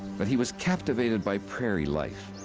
but he was captivated by prairie life.